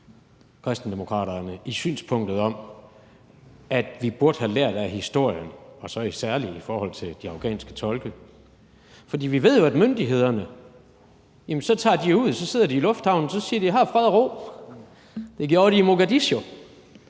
i synspunktet om, at vi burde have lært af historien – særlig i forhold til de afghanske tolke. For vi ved jo, at myndighederne tager ud og sidder i lufthavnen, og så siger de: Her er fred og ro. Det gjorde de i Mogadishu.